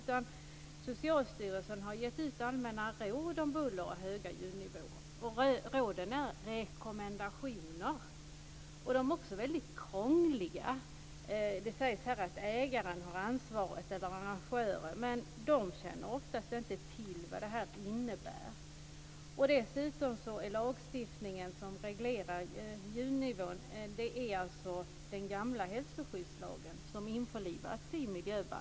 Socialstyrelsen har gett ut allmänna råd om buller och höga ljudnivåer. Råden är rekommendationer, som är väldigt krångliga. Det sägs att ägaren eller arrangören har ansvaret, men de känner ju oftast inte till vad detta innebär. Dessutom är lagstiftningen som reglerar ljudnivån den gamla hälsoskyddslagen som införlivats i miljöbalken.